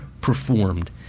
performed